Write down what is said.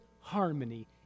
harmony